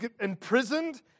imprisoned